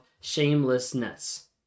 shamelessness